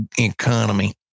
economy